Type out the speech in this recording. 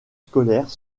scolaires